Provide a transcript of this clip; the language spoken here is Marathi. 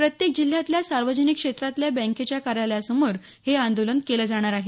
प्रत्येक जिल्ह्यातल्या सार्वजनिक क्षेत्रातल्या बँकेच्या कार्यालयासमोर हे आंदोलन केलं जाणार आहे